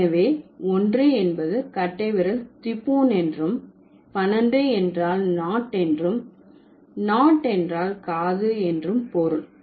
எனவே ஒன்று என்பது கட்டை விரல் திபுன் என்றும் 12 என்றால் நாட் என்றும் நாட் என்றால் காது என்றும் பொருள்